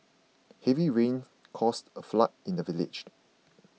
heavy rains caused a flood in the village